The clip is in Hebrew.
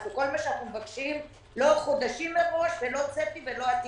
כל מה שאנחנו מבקשים זה לא חודשים מראש ולא צפי ולא עתיד,